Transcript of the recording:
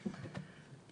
תודה רבה.